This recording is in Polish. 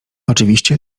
oczywiście